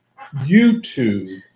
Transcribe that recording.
youtube